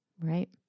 right